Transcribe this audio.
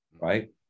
right